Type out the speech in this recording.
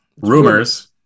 Rumors